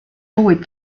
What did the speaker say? fwyd